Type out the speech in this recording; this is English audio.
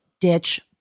ditch